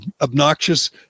obnoxious